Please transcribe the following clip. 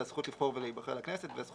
זה הזכות לבחור ולהיבחר לכנסת והזכות